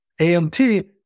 AMT